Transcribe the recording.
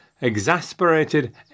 exasperated